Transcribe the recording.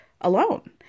alone